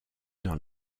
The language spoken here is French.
dans